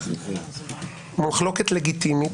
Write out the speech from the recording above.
מחלוקת לגיטימית.